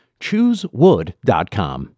Choosewood.com